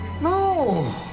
No